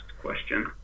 question